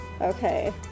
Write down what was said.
Okay